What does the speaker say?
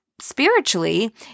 spiritually